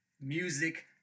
music